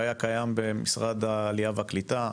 שהיה קיים במשרד העלייה והקליטה,